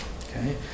Okay